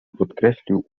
podkreślił